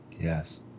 Yes